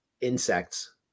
insects